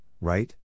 right